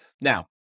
Now